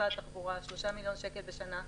שלושה מיליון שקלים בשנה.